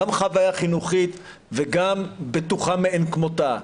גם חוויה חינוכית וגם בטוחה מאין כמותה.